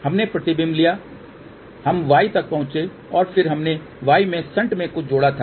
हमने प्रतिबिंब लिया हम y तक पहुंचे और फिर हमने y में शंट में कुछ जोड़ा था